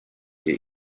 hier